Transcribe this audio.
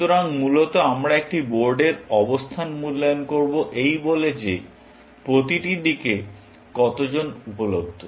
সুতরাং মূলত আমরা একটি বোর্ডের অবস্থান মূল্যায়ন করব এই বলে যে প্রতিটি দিকে কতজন উপলব্ধ